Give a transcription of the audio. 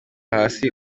hasi